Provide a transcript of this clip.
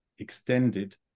extended